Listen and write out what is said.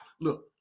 look